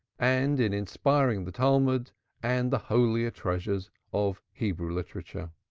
and in inspiring the talmud and the holier treasures of hebrew literature.